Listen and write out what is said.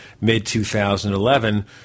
mid-2011